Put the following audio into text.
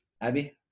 Abby